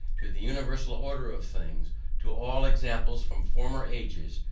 to the universal order of things to all examples from former ages,